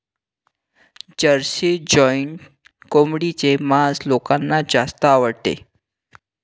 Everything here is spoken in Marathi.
जर्सी जॉइंट कोंबडीचे मांस लोकांना जास्त आवडते